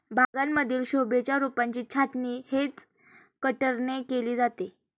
बागांमधील शोभेच्या रोपांची छाटणी हेज कटरने केली जाते